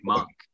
Monk